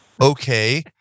okay